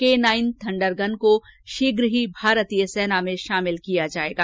के nine thunder gun को शीघ ही भारतीय सेना में शामिल किया जाएगा